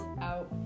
out